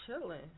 chilling